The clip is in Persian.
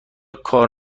کار